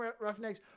Roughnecks